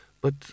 But